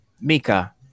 Mika